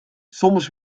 soms